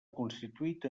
constituït